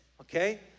Okay